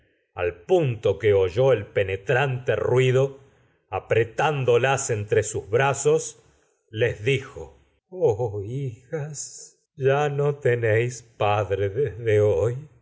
al punto oyó el penetrante ruido apretándolas entre sus brazos les dijo oh hijas todo ya lo tenéis padre desde hoy